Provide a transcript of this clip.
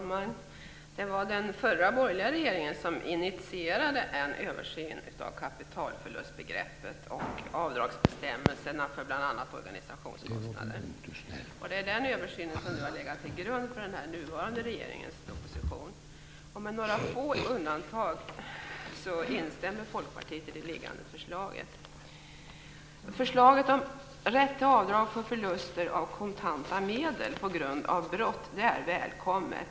Herr talman! Det var den förra borgerliga regeringen som initierade en översyn av kapitalförlustbegreppet och avdragsbestämmelserna för bl.a. organisationskostnader. Det är den översynen som har legat till grund för den nuvarande regeringens proposition. Med några få undantag instämmer Folkpartiet i det liggande förslaget. Förslaget om rätt till avdrag för förluster av kontanta medel på grund av brott är välkommet.